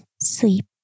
sleep